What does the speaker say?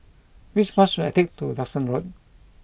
which bus should I take to Duxton Road